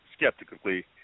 skeptically